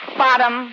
bottom